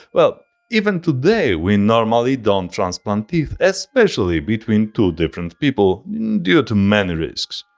well, even today we normally don't transplant teeth especially between two different people due to many risks.